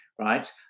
Right